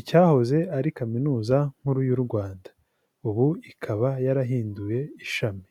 Icyahoze ari Kaminuz Nkuru y'u Rwanda. Ubu ikaba yarahinduye ishami,